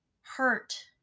hurt